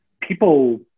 people